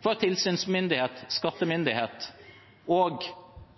for tilsynsmyndighet, skattemyndighet og